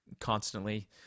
constantly